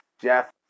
Jeff